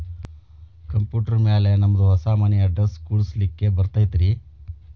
Computer ಮ್ಯಾಲೆ ನಮ್ದು ಹೊಸಾ ಮನಿ ಅಡ್ರೆಸ್ ಕುಡ್ಸ್ಲಿಕ್ಕೆ ಬರತೈತ್ರಿ?